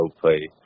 play